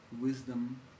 wisdom